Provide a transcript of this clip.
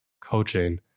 coaching